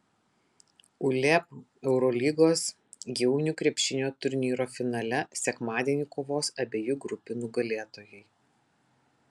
uleb eurolygos jaunių krepšinio turnyro finale sekmadienį kovos abiejų grupių nugalėtojai